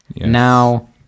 now